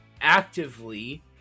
actively